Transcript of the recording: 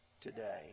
today